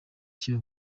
kiba